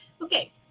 Okay